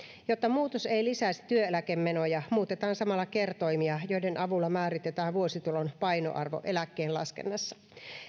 jotta muutos ei lisäisi työeläkemenoja muutetaan samalla kertoimia joiden avulla määritetään vuositulon painoarvo eläkkeen laskennassa